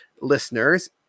listeners